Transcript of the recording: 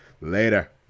Later